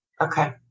Okay